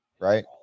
right